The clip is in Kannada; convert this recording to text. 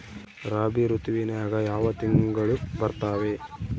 ರಾಬಿ ಋತುವಿನ್ಯಾಗ ಯಾವ ತಿಂಗಳು ಬರ್ತಾವೆ?